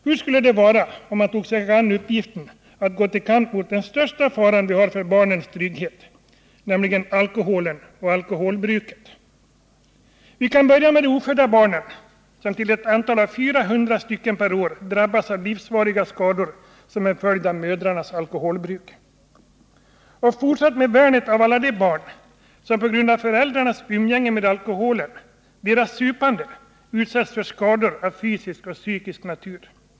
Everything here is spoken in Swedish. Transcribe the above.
Hur skulle det vara om man tog sig an uppgiften att gå till kamp mot den största faran vi har för barnens trygghet, nämligen alkoholen och alkoholbruket? Vi kan börja med de ofödda barnen, som till ett antal av 400 per år drabbas av livsfarliga skador som en följd av mödrarnas alkoholbruk. Vi kan fortsätta med värnet av alla de barn som på grund av föräldrarnas umgänge med alkoholen, deras supande, utsätts för skador av fysisk och psykisk natur.